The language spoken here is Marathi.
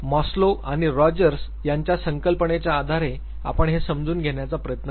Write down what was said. मास्लो आणि रॉजर्स यांच्या संकल्पनेच्या आधारे आपण हे समजून घेण्याचा प्रयत्न करू